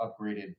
upgraded